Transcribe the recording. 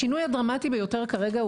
השינוי הדרמטי ביותר כרגע,